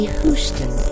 Houston